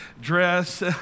dress